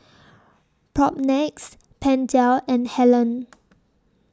Propnex Pentel and Helen